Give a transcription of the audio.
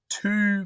two